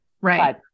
Right